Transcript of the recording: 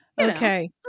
Okay